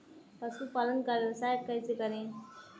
पशुपालन का व्यवसाय कैसे करें?